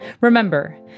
Remember